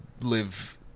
live